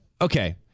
Okay